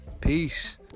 peace